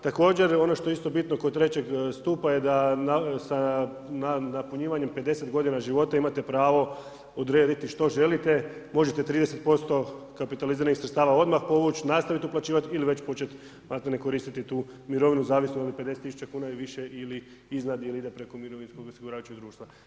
Također ono što je isto bitno kod trećeg stupa je s napunjenim 50 godina života imate pravo odrediti što želite, možete 30% kapitaliziranih sredstava odmah povuć, nastavit uplaćivat ili već počet malte ne koristiti tu mirovinu, zavisno jeli 50.000 kuna i više ili iznad ili ide preko mirovinskog osiguravajućeg društva.